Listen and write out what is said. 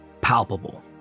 palpable